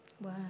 Wow